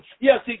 Yes